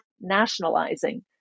nationalizing